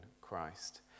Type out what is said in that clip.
Christ